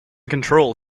control